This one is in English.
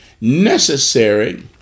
necessary